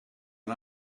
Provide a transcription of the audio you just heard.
and